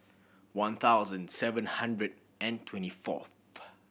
one thousand seven hundred and twenty fourth